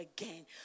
again